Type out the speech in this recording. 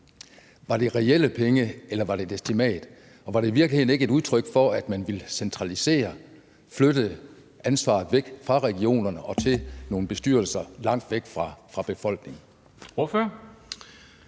Var det reelle penge, eller var det et estimat? Og var det i virkeligheden ikke et udtryk for, at man ville centralisere, altså flytte ansvaret væk fra regionerne og til nogle bestyrelser langt væk fra befolkningen?